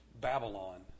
Babylon